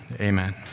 amen